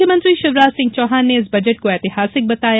मुख्यमंत्री शिवराज सिंह चौहान ने इस बजट को ऐतिहासिक बताया